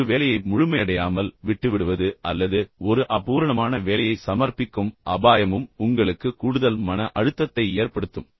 ஒரு வேலையை முழுமையடையாமல் விட்டுவிடுவது அல்லது ஒரு அபூரணமான வேலையை சமர்ப்பிக்கும் அபாயமும் உங்களுக்கு கூடுதல் மன அழுத்தத்தை ஏற்படுத்தும்